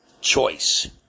Choice